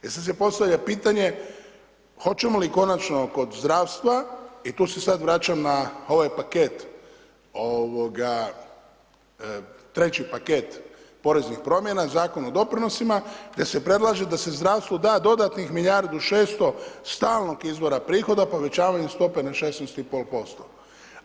E sad se postavlja pitanje, hoćemo li konačno oko zdravstva i tu se sad vraćam na ovaj paket, treći paket poreznih promjena, Zakon o doprinosima, te se predlaže da se zdravstvu da dodatnih milijardu i 600 stalnog izvora prihoda povećavanjem stope na 16,5%